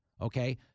Okay